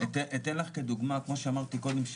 אתן לך כדוגמה כמו שאמרתי קודם,